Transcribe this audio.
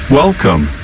Welcome